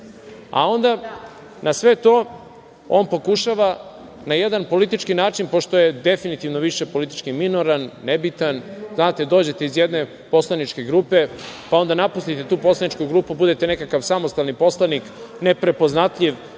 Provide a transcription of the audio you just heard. na sve to, on pokušava na jedan politički način, pošto je definitivno više politički minoran, nebitan, znate, dođete iz jedne poslaničke grupe, pa onda napustite tu poslaničku grupu, budete nekakav samostalan poslanik, neprepoznatljiv,